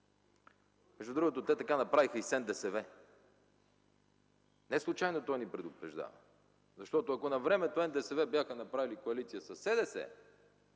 Между другото, те така направиха и с НДСВ. Неслучайно той ни предупреждава, защото ако навремето НДСВ бяха направили коалиция със СДС,